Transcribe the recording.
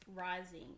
rising